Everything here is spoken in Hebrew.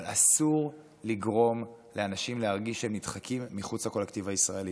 אבל אסור לגרום לאנשים להרגיש שהם נדחקים מחוץ לקולקטיב הישראלי.